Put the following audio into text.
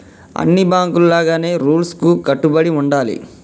అన్ని బాంకుల లాగానే రూల్స్ కు కట్టుబడి ఉండాలి